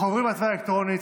אנחנו עוברים להצבעה אלקטרונית,